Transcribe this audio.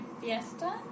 fiesta